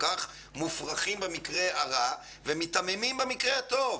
כך מופרכים במקרה הרע ומיתממים במקרה הטוב.